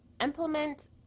implement